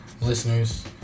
listeners